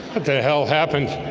what the hell happened